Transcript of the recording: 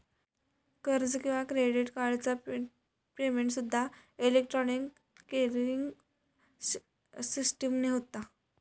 कर्ज किंवा क्रेडिट कार्डचा पेमेंटसूद्दा इलेक्ट्रॉनिक क्लिअरिंग सिस्टीमने होता